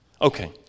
Okay